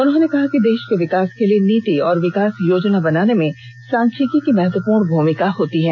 उन्होंने कहा कि देश के विकास के लिए नीति और विकास योजना बनाने में सांख्यिकी की महत्वपूर्ण भूमिका होती है